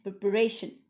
preparation